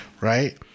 Right